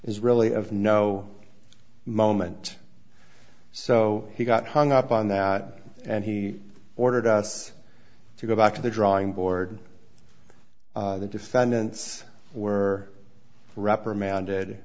is really of no moment so he got hung up on that and he ordered us to go back to the drawing board the defendants were reprimanded